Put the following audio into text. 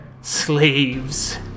Slaves